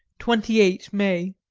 twenty eight may.